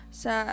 sa